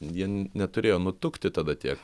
jie neturėjo nutukti tada tiek